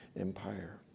Empire